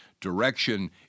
direction